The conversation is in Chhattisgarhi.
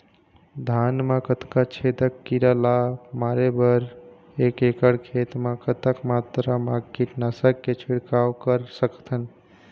धान मा कतना छेदक कीरा ला मारे बर एक एकड़ खेत मा कतक मात्रा मा कीट नासक के छिड़काव कर सकथन?